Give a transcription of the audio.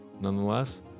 nonetheless